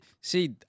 See